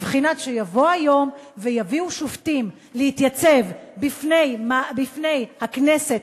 שיבוא היום ויביאו שופטים להתייצב בפני הכנסת